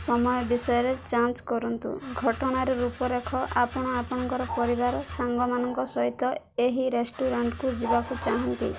ସମୟ ବିଷୟରେ ଯାଞ୍ଚ କରନ୍ତୁ ଘଟଣାରେ ରୂପରେଖ ଆପଣ ଆପଣଙ୍କର ପରିବାର ସାଙ୍ଗମାନଙ୍କ ସହିତ ଏହି ରେଷ୍ଟୁରାଣ୍ଟ୍କୁ ଯିବାକୁ ଚାହାଁନ୍ତି